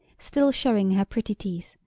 still showing her pretty teeth,